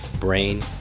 Brain